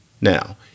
Now